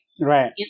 Right